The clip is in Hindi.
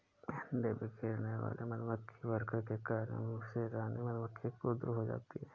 अंडे बिखेरने वाले मधुमक्खी वर्कर के कार्य से रानी मधुमक्खी क्रुद्ध हो जाती है